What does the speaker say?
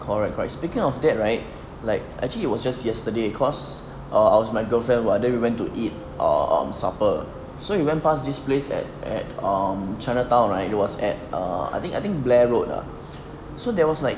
correct correct speaking of that right like actually it was just yesterday cause I was with my girlfriend what then we went to eat um supper so he went past this place at at um chinatown right it was at err I think I think blev~ road ah so there was like